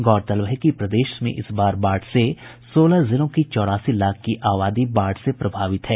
गौरतलब है कि प्रदेश में इस बार बाढ़ से सोलह जिलों की चौरासी लाख की आबादी बाढ़ से प्रभावित है